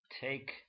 take